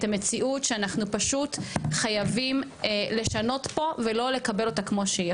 המציאות שאנחנו פשוט חייבים לשנות פה ולא לקבל אותה כמו שהיא.